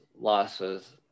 losses